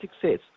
success